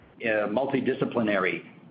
multidisciplinary